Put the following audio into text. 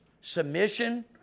submission